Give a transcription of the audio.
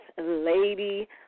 Lady